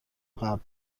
قبل